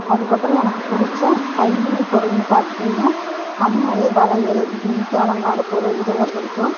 அதுக்கப்பறோம் எனக்கு பிடிச்ச கை வினை பொருள்னு பார்த்துட்டிங்ன்னா கம்மல் வளையல் வீட்டு அலங்கார பொருள் இதெல்லாம் பிடிக்கும்